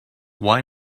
why